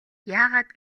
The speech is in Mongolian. яагаад